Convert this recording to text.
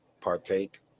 partake